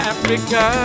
Africa